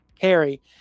Harry